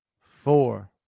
four